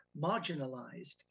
marginalized